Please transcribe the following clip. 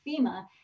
FEMA